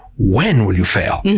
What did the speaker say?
when will you fail?